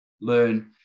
learn